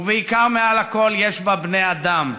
ובעיקר ומעל הכול, יש בה בני אדם.